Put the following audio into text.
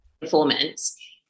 performance